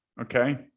Okay